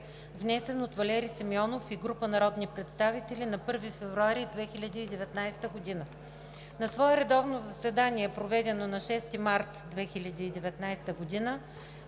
внесен от Валери Симеонов и група народни представители на 1 февруари 2019 г. На свое редовно заседание, проведено на 6 март 2019 г.,